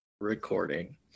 recording